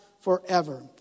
forever